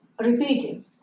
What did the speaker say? repeating